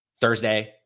Thursday